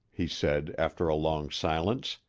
he said after a long silence.